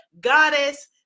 Goddess